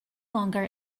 longer